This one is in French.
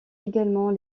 également